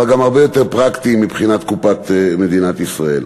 אבל גם הרבה יותר פרקטיים מבחינת קופת מדינת ישראל.